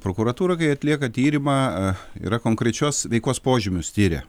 prokuratūra kai atlieka tyrimą yra konkrečios veikos požymius tiria